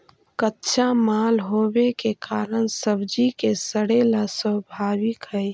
कच्चा माल होवे के कारण सब्जि के सड़ेला स्वाभाविक हइ